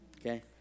Okay